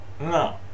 No